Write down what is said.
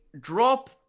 drop